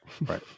Right